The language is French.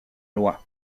loi